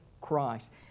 Christ